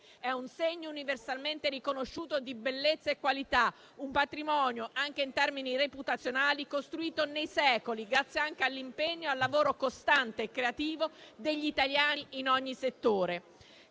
è un segno universalmente riconosciuto di bellezza e qualità; un patrimonio, anche in termini reputazionali, costruito nei secoli grazie anche all'impegno e al lavoro costante e creativo degli italiani in ogni settore.